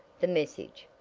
the message.